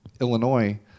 Illinois